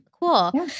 Cool